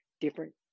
different